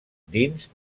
dins